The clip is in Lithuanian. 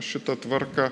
šitą tvarką